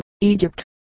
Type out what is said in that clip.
Egypt